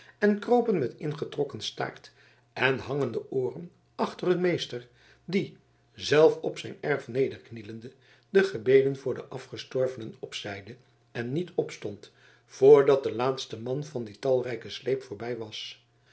en kropen met ingetrokken staart en hangende ooren achter hun meester die zelf op zijn erf nederknielende de gebeden voor de afgestorvenen opzeide en niet opstond voordat de laatste man van dien talrijken sleep voorbij was